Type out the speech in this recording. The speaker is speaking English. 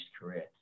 career